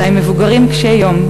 אלא הם מבוגרים קשי יום,